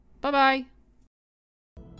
Bye-bye